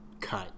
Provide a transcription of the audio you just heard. cut